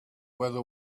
whether